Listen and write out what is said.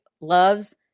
loves